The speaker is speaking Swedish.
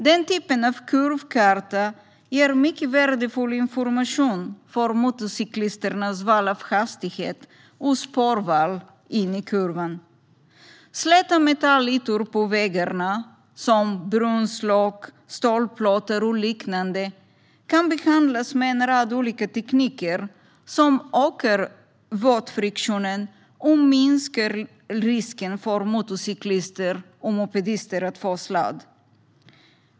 Den typen av kurvkarta ger motorcyklisterna mycket värdefull information när det gäller val av hastighet och spårval in i kurvan. Släta metallytor på vägarna, brunnslock, stålplåtar och liknande, kan också behandlas med en rad olika tekniker som ökar friktionen när det är vått och minskar risken för att motorcyklister och mopedister ska få sladd.